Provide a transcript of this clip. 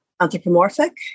anthropomorphic